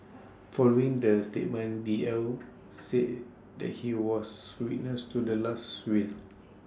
following the statement B L said that he was witness to the last win